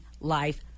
life